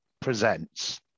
presents